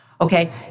Okay